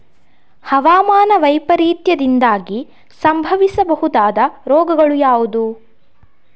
ಹವಾಮಾನ ವೈಪರೀತ್ಯದಿಂದಾಗಿ ಸಂಭವಿಸಬಹುದಾದ ರೋಗಗಳು ಯಾವುದು?